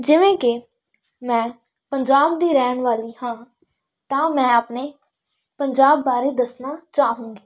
ਜਿਵੇਂ ਕਿ ਮੈਂ ਪੰਜਾਬ ਦੀ ਰਹਿਣ ਵਾਲੀ ਹਾਂ ਤਾਂ ਮੈਂ ਆਪਣੇ ਪੰਜਾਬ ਬਾਰੇ ਦੱਸਣਾ ਚਾਹੂੰਗੀ